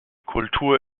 kultur